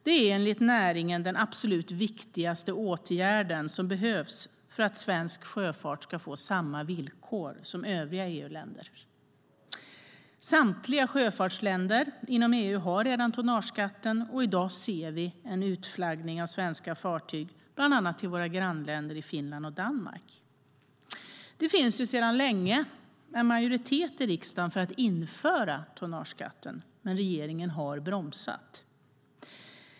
Det är enligt näringen den absolut viktigaste åtgärden som behöver vidtas för att svensk sjöfart ska få samma villkor som övriga EU-länder. Samtliga sjöfartsländer inom EU har redan tonnageskatt, och i dag ser vi en utflaggning av svenska fartyg bland annat till våra grannländer Finland och Danmark. Det finns sedan länge en majoritet i riksdagen för att införa tonnageskatten, men regeringen har bromsat.